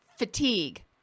Fatigue